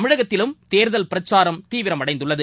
தமிழகத்திலும் தேர்தல் பிரச்சாரம் தீவிரம் அடைந்துள்ளது